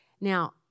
Now